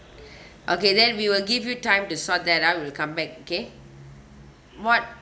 okay then we will give you time to sort that out we'll come back kay what